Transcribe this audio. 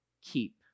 keep